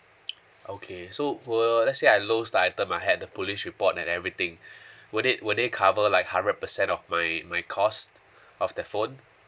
okay so for let's say I lost the item I had the police report and everything would it would it cover like hundred percent of my my cost of the phone